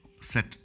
set